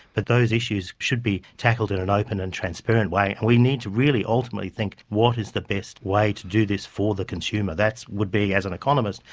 but those issues should be tackled in an open and transparent way, and we need to really ultimately think what is the best way to do this for the consumer. that would be, as an economist,